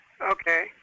Okay